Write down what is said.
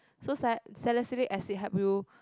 so salicylic acid help you